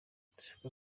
ndashaka